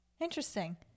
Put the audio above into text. Interesting